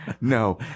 No